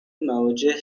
مواجه